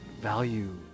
value